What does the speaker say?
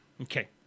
Okay